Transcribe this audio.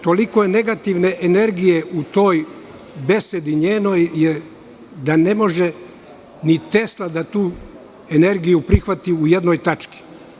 Toliko negativne energije u toj njenoj besedi je da ne može ni Tesla tu energiju da prihvati u jednoj tački.